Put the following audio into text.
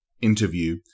interview